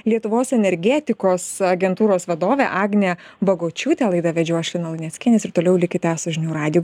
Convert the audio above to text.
lietuvos energetikos agentūros vadovę agnę bagočiūtę laidą vedžiau aš lina luneckienė ir toliau likite su žinių radiju